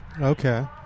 Okay